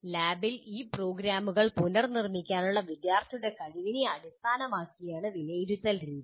ലാബിൽ ഈ പ്രോഗ്രാമുകൾ പുനർനിർമ്മിക്കാനുള്ള വിദ്യാർത്ഥിയുടെ കഴിവിനെ അടിസ്ഥാനമാക്കിയാണ് വിലയിരുത്തൽ രീതികൾ